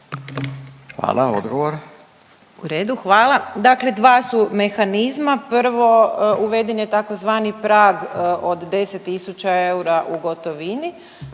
Lugarić, Tereza** U redu, hvala. Dakle, dva su mehanizma, prvo uveden je tzv. prag od 10 tisuća eura u gotovini,